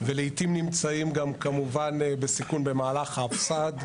ולעיתים נמצאים גם כמובן בסיכון במהלך ההפס"ד.